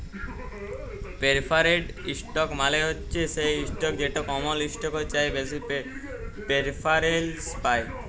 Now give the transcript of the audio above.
perforated ইসটক মালে হছে সেই ইসটক যেট কমল ইসটকের চাঁঁয়ে বেশি পেরফারেলস পায়